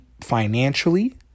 financially